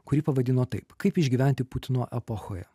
kurį pavadino taip kaip išgyventi putino epochoje